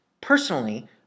Personally